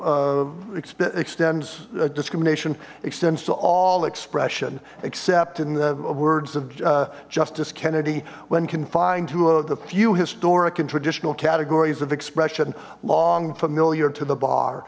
s discrimination extends to all expression except in the words of justice kennedy when confined to the few historic and traditional categories of expression long familiar to the bar